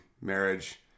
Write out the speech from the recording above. marriage